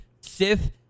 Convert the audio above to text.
Sith